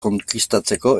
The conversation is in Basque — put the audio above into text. konkistatzeko